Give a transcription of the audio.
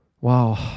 wow